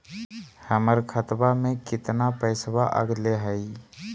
हमर खतवा में कितना पैसवा अगले हई?